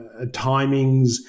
timings